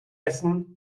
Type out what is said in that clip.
essen